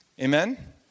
Amen